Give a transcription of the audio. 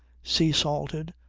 sea-salted,